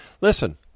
Listen